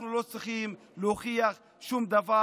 אנחנו לא צריכים להוכיח שום דבר.